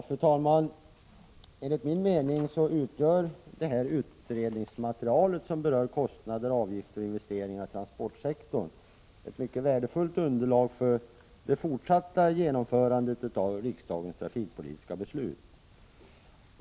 Fru talman! Enligt min mening utgör det här utredningsmaterialet, som berör kostnader, avgifter och investeringar inom transportsektorn, ett värdefullt underlag för det fortsatta genomförandet av riksdagens trafikpolitiska beslut.